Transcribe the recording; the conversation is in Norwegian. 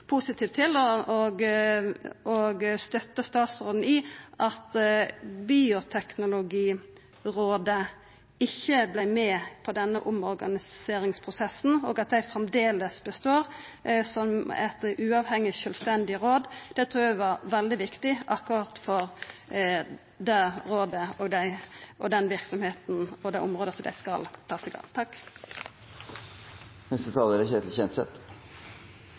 positiv til og støttar statsråden i at Bioteknologirådet ikkje vart med på denne omorganiseringsprosessen, og at det framleis består som eit uavhengig, sjølvstendig råd. Det trur eg var veldig viktig for rådet og for akkurat den verksemda og dei områda dei skal ta seg av. Venstre støtter alle de endringene som er foreslått her. Det